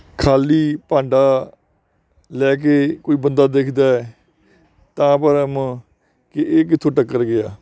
ਖਾਲੀ ਭਾਂਡਾ ਲੈ ਕੇ ਕੋਈ ਬੰਦਾ ਦਿਖਦਾ ਤਾਂ ਭਰਮ ਕਿ ਇਹ ਕਿੱਥੋਂ ਟੱਕਰ ਗਿਆ